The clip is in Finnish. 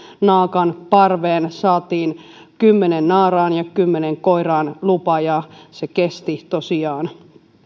naakan parveen saatiin kymmenen naaraan ja kymmenen koiraan lupa ja se kesti tosiaan